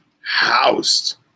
housed